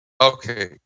Okay